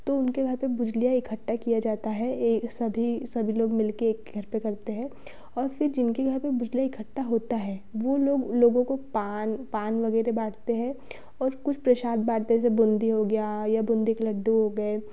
तो उनके घर पे बुझलिया इकठ्ठा किया जाता है ए सभी सभी लोग मिलके एक घर पर करते हैं और फिर जिनके घर पे बुझलिया इकठ्ठा होता है वे लोग लोगों को पान पान वगेरह बाँटते हैं और कुछ प्रशाद बाँटते जैसे बूंदी हो गया या बूंदी के लड्डू हो गए